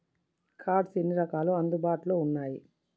Cards ఎన్ని రకాలు అందుబాటులో ఉన్నయి?